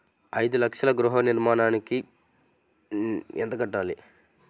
ఐదు లక్షల గృహ ఋణానికి నెలకి ఎంత కట్టాలి?